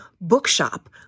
Bookshop